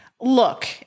Look